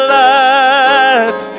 life